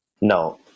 No